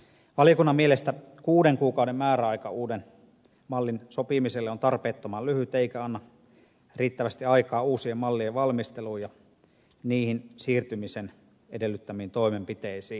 valiokunnan mielestä kuuden kuukauden määräaika uuden mallin sopimiselle on tarpeettoman lyhyt eikä anna riittävästi aikaa uusien mallien valmisteluun ja niihin siirtymisen edellyttämiin toimenpiteisiin